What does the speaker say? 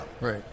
Right